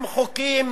הם חוקים